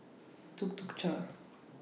Tuk Tuk Cha